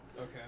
Okay